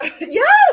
yes